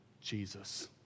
Jesus